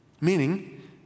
Meaning